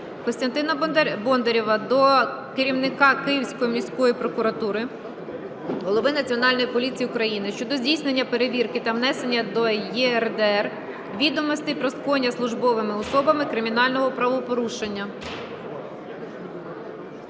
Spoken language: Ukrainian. Костянтина Бондарєва до керівника Київської міської прокуратури, голови Національної поліції України щодо здійснення перевірки та внесення до ЄРДР відомостей про скоєння службовими особами кримінального правопорушення.